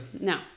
No